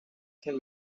can